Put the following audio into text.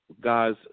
guys